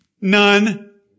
None